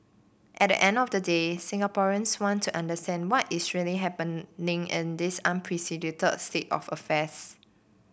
at the end of the day Singaporeans want to understand what is really happening in this unprecedented state of affairs